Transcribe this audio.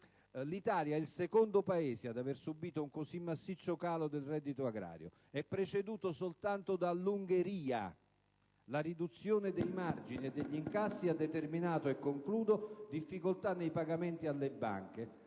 L'Italia è il secondo Paese ad aver subito un così massiccio calo del reddito agrario. È preceduto solo dall'Ungheria! La riduzione dei margini e degli incassi ha determinato difficoltà nei pagamenti alle banche: